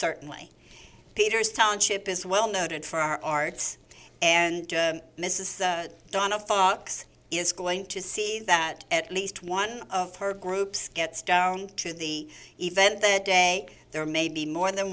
certainly peter's township is well noted for our arts and mrs donna foxx is going to see that at least one of her groups gets down to the event the day there may be more than